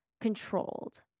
controlled